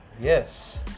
Yes